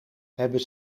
hebben